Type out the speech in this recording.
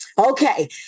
Okay